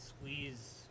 squeeze